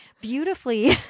beautifully